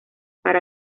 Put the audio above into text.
para